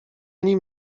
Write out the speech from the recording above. nim